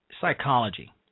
psychology